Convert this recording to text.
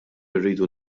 irridu